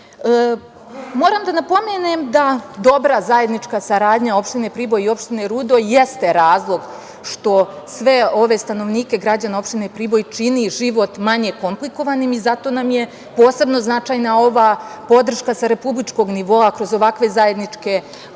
da napomenem da dobra zajednička saradnja opštine Priboj i opštine Rudo jeste razlog što sve ove stanovnike opštine Priboj čini život manje komplikovanim i zato nam je posebno značajna ova podrška sa republičkog nivoa, a kroz ovakve zajedničke projekte,